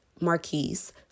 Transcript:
Marquise